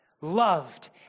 loved